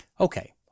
Okay